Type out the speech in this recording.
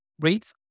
rates